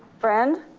friend,